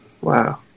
Wow